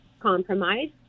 compromised